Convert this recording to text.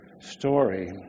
story